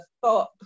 thought